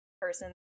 person